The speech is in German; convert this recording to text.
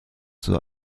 zur